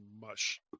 mush